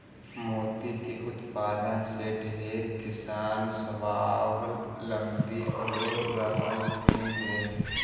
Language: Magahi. मोती के उत्पादन से ढेर किसान स्वाबलंबी हो रहलथीन हे